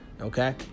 Okay